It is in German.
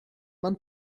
man